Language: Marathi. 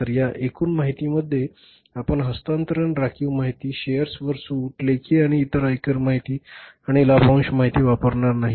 तर या एकूण माहितीमध्ये आपण हस्तांतरण राखीव माहिती शेअर्सवर सूट लेखी आणि नंतर आयकर माहिती आणि लाभांश माहिती वापरणार नाही